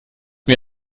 mir